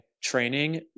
training